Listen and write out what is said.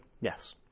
Yes